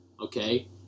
okay